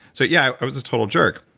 so yeah, i was a total jerk,